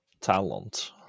Talent